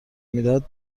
میدهد